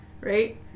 Right